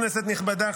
כנסת נכבדה,